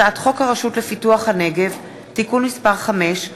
הצעת חוק הרשות לפיתוח הנגב (תיקון מס' 5)